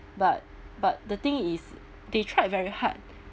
but but the thing is they tried very hard